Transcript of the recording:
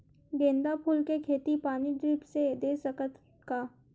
गेंदा फूल के खेती पानी ड्रिप से दे सकथ का?